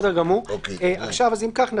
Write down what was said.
אם כך,